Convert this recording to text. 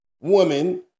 woman